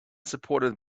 supported